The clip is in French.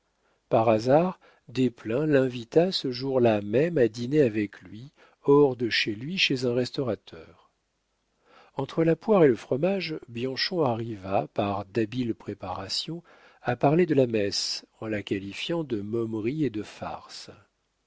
par hasard desplein l'invita ce jour-là même à dîner avec lui hors de chez lui chez un restaurateur entre la poire et le fromage bianchon arriva par d'habiles préparations à parler de la messe en la qualifiant de momerie et de farce